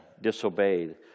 disobeyed